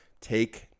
take